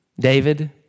David